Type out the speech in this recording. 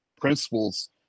principles